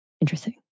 Interesting